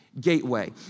gateway